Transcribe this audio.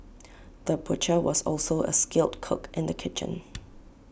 the butcher was also A skilled cook in the kitchen